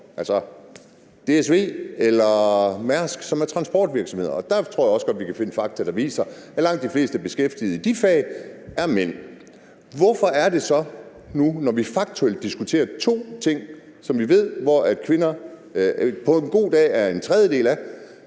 f.eks. DSV eller Mærsk, som er transportvirksomheder. Der tror jeg også godt, at vi kan finde fakta, der viser, at langt de fleste beskæftigede i de fag er mænd. Når vi faktuelt ved, at der er to steder, hvor der på en god dag er en tredjedel